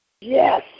Yes